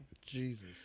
Jesus